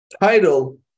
title